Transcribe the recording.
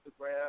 Instagram